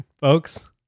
folks